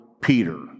Peter